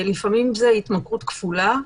לפעמים זה התמכרות כפולה,